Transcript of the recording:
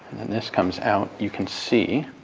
then this comes out. you can see